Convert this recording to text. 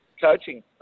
coaching